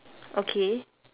okay